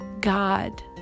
God